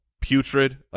putrid